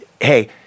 hey